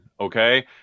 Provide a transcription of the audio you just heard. Okay